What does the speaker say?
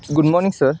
good morning sir